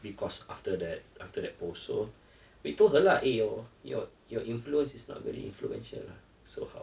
because after that after that post so we told her lah eh your your your influence is not very influential lah so how